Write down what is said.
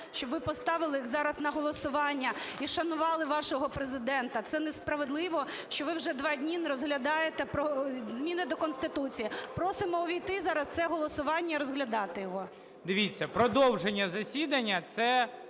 щоб ви поставили їх зараз на голосування і шанували вашого Президента. Це несправедливо, що ви вже два дні не розглядаєте зміни до Конституції. Просимо увійти зараз в це голосування і розглядати його. ГОЛОВУЮЧИЙ. Дивіться, продовження засідання – це